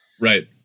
Right